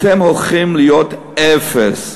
אתם הולכים להיות אפס,